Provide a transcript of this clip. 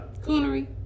Coonery